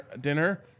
dinner